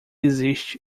existe